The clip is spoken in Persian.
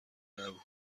نبود